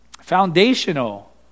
foundational